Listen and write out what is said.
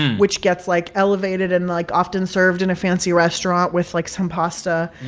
which gets, like, elevated and, like, often served in a fancy restaurant with, like, some pasta